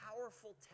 powerful